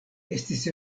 estis